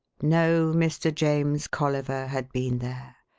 no mr. james colliver had been there.